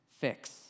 fix